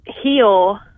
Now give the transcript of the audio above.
heal